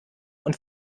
und